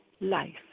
life